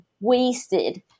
wasted